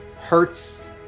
hurts